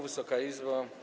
Wysoka Izbo!